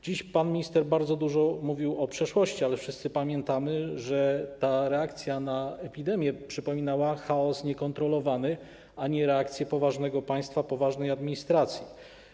Dziś pan minister bardzo dużo mówił o przeszłości, ale wszyscy pamiętamy, że reakcja na epidemię przypominała niekontrolowany chaos, a nie reakcję poważnego państwa, poważnej administracji.